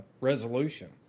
resolution